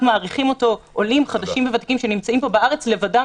מעריכים אותו עולים חדשים וותיקים שנמצאים פה בארץ לבדם,